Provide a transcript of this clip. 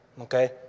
okay